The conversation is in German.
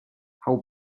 hau